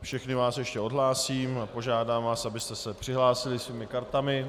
Všechny vás ještě odhlásím a požádám vás, abyste se znovu přihlásili svými kartami.